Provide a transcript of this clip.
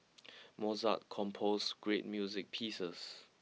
Mozart composed great music pieces